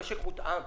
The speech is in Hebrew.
המשק מותאם,